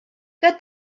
que